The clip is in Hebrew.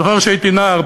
אני זוכר שהייתי נער,